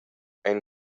ein